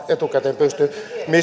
etukäteen pysty